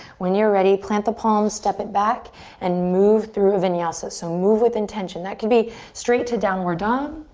when you're ready, plant the palms, step it back and move through a vinyasa. so move with intention that can be straight to downward dog.